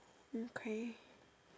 okay